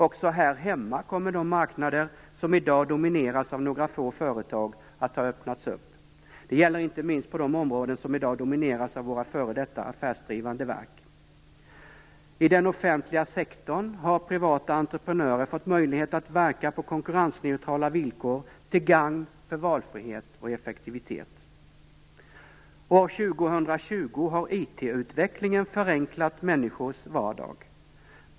Också här hemma kommer de marknader som i dag domineras av några få företag att ha öppnats upp. Det gäller inte minst på de områden som i dag domineras av våra före detta affärsdrivande verk. I den offentliga sektorn har privata entreprenörer fått möjlighet att verka på konkurrensneutrala villkor till gagn för valfrihet och effektivitet. År 2020 har IT-utvecklingen förenklat människors vardag.